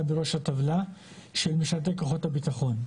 בראש הטבלה של משרתי כוחות הביטחון.